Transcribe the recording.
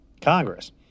Congress